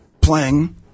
playing